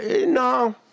No